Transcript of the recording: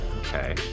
Okay